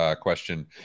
question